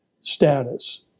status